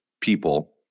people